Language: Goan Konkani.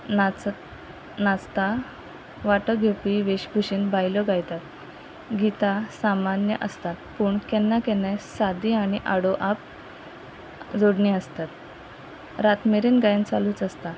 नाच नाचता वांटो घेवपी वेशभुशेन बायल्यो गायतात गीतां सामान्य आसतात पूण केन्ना केन्नाय सादी आनी आडोआ जोडणी आसतात रात मेरेन गायन चालूच आसता